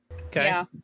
Okay